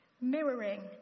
mirroring